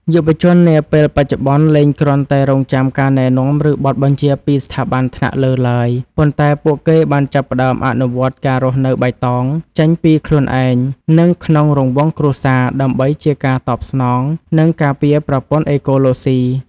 យុវជននាពេលបច្ចុប្បន្នលែងគ្រាន់តែរង់ចាំការណែនាំ ឬបទបញ្ជាពីស្ថាប័នថ្នាក់លើឡើយ ប៉ុន្តែពួកគេបានចាប់ផ្តើមអនុវត្ត ការរស់នៅបៃតង ចេញពីខ្លួនឯង និងក្នុងរង្វង់គ្រួសារ ដើម្បីជាការតបស្នង និងការពារប្រព័ន្ធអេកូឡូស៊ី។